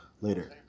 Later